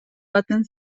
baten